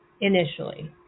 Initially